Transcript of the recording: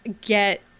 get